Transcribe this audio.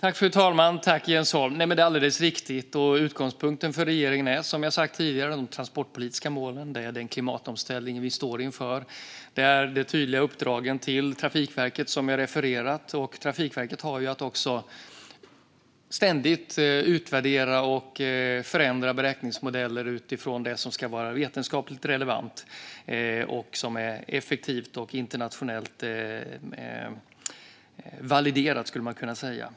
Fru talman! Det är alldeles riktigt. Utgångspunkten för regeringen är, som jag har sagt tidigare, de transportpolitiska målen, den klimatomställning vi står inför och de tydliga uppdrag till Trafikverket som jag har refererat till. Trafikverket har också att ständigt utvärdera och förändra beräkningsmodeller utifrån det som ska vara vetenskapligt relevant och som är effektivt och internationellt validerat, skulle man kunna säga.